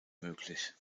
möglich